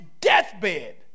deathbed